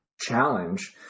challenge